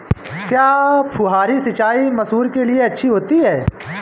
क्या फुहारी सिंचाई मसूर के लिए अच्छी होती है?